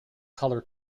colour